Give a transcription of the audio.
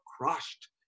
crushed